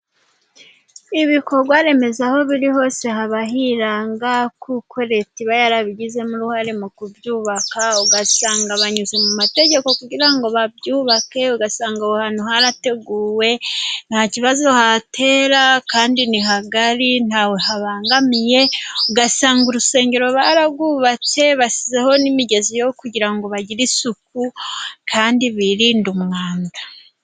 Ibikorwa remezo aho biri hose haba hiranga, kuko leta iba yarabigizemo uruhare mu kubyubaka, ugasanga banyuze mutegeko kugira ngo babyubake, ugasanga aho hantu harateguwe nta kibazo hatera kandi nigari ntawe habangamiye, ugasanga urusengero bararwubatse bashiraho n'imigezi yo kugira ngo bagire isuku kandi biririnde umwanda.